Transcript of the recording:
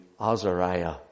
Azariah